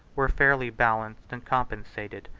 were fairly balanced and compensated,